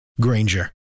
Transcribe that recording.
Granger